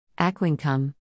Aquincum